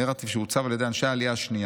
"בנרטיב שעוצב על ידי אנשי העלייה השנייה,